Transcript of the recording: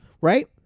Right